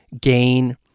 gain